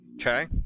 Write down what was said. Okay